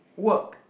work